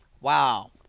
Wow